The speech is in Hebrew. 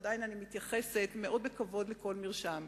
עדיין אני מתייחסת מאוד בכבוד לכל מרשם.